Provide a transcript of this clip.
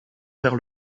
faire